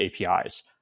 APIs